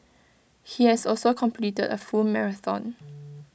he has also completed A full marathon